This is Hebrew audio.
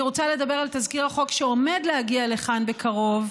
אני רוצה לדבר על תזכיר החוק שעומד להגיע לכאן בקרוב,